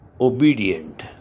obedient